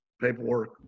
Paperwork